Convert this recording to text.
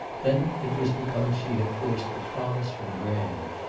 then it was because she had forced a promise from graham.